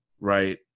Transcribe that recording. right